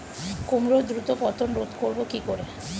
কুমড়োর দ্রুত পতন রোধ করব কি করে?